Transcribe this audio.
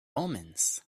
omens